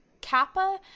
Kappa